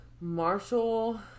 Marshall